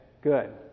Good